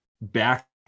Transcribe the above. back